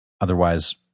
Otherwise